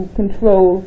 control